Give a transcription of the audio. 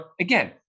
Again